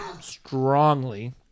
strongly